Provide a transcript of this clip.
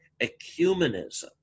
ecumenism